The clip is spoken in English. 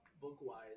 book-wise